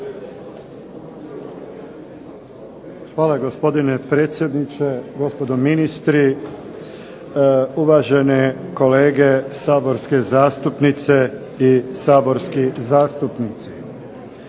Hvala gospodine predsjedniče, gospodo ministri, uvažene kolege saborske zastupnice i saborski zastupnici.